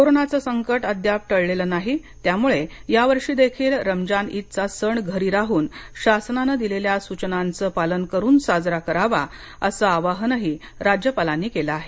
कोरोनाचं संकट अद्याप टळलेलं नाही त्यामुळे यावर्षी देखील रमजान ईदचा सण घरी राहून शासनाने दिलेल्या सूचनांच पालन करून साजरा करावा असं आवाहनही राज्यपालांनी केलं आहे